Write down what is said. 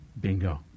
Bingo